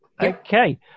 Okay